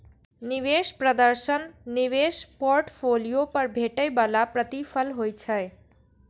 निवेश प्रदर्शन निवेश पोर्टफोलियो पर भेटै बला प्रतिफल होइ छै